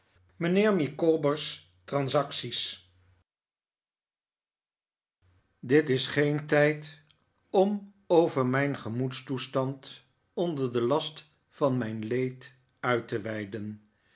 mijnheer micawber's transacties dit is geen tijd om over mijn gemoedstoestand onder den last van mijn leed uit te weiden